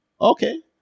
Okay